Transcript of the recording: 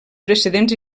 precedents